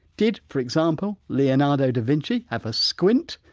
did, for example, leonardo da vinci have a squint?